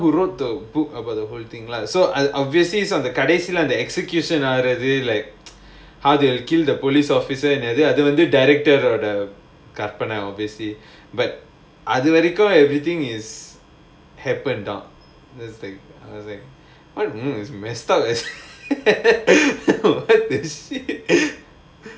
he's the [one] who wrote the book about the whole thing lah so I'll obviously is not the the execution are really like how they'll kill the police officer in அது வந்து:adhu vandhu director of the but ironical everything is happen or not that's the thing [what] mm it's mess up as what is